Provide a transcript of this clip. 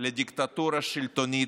לדיקטטורה שלטונית,